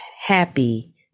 happy